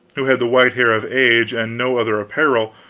who had the white hair of age, and no other apparel,